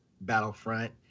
Battlefront